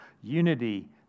unity